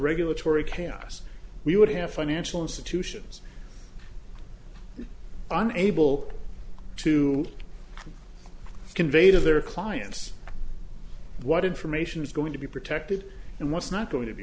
regulatory chaos we would have financial institutions unable to convey to their clients what information is going to be protected and what's not